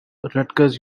rutgers